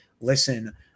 listen